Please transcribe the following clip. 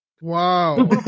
wow